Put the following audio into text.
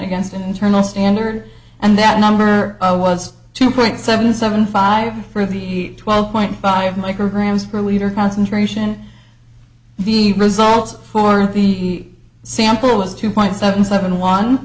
against an internal standard and that number was two point seven seven five for the twelve point five micrograms per liter concentration the results for the sample was two point seven seven won